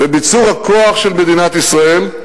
ביצור הכוח של מדינת ישראל,